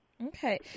Okay